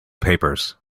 papers